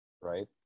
Right